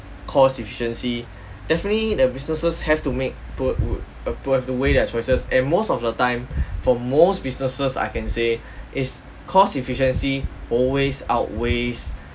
cost-efficiency definitely the businesses have to make to would to have to weigh their choices and most of the time for most businesses I can say is cost-efficiency always outweighs